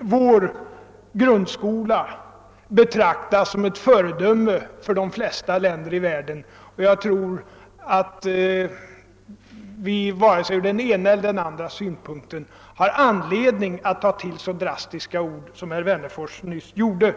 Vår grundskola betraktas i dag som ett föredöme för de flesta länder i världen, och jag tror att vi varken från den ena eller den andra synpunkten har anledning att ta till så drastiska ord som herr Wennerfors nyss använde.